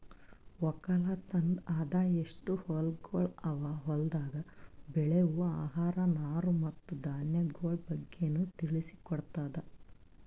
ಒಕ್ಕಲತನದ್ ಆದಾಯ, ಎಸ್ಟು ಹೊಲಗೊಳ್ ಅವಾ, ಹೊಲ್ದಾಗ್ ಬೆಳೆವು ಆಹಾರ, ನಾರು ಮತ್ತ ಧಾನ್ಯಗೊಳ್ ಬಗ್ಗೆನು ತಿಳಿಸಿ ಕೊಡ್ತುದ್